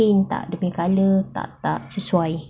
paint tak dia punya colour tak tak sesuai